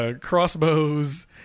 Crossbows